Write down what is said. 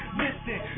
listen